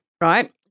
right